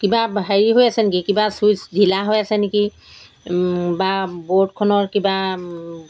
কিবা হেৰি হৈ আছে নেকি কিবা ছুইচ ঢিলা হৈ আছে নেকি বা বৰ্ডখনৰ কিবা